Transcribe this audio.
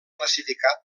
classificat